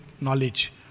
knowledge